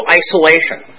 isolation